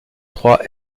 trois